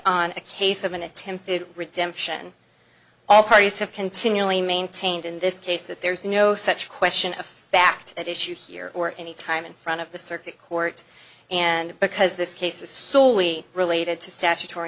on a case of an attempted redemption all parties have continually maintained in this case that there is no such question of fact at issue here or at any time in front of the circuit court and because this case is solely related to statutory